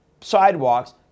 sidewalks